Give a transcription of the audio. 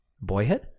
Boyhood